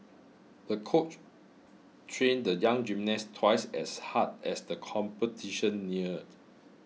the coach trained the young gymnast twice as hard as the competition neared